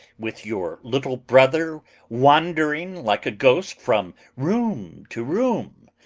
with your little brother wandering like a ghost from room to room,